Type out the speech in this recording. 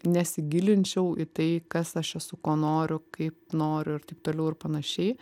nesigilinčiau į tai kas aš esu ko noriu kaip noriu ir taip toliau ir panašiai